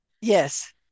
Yes